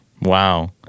Wow